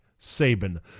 Saban